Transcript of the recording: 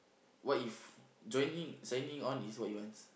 what if joining signing on is what he wants